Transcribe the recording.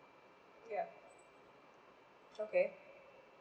yup okay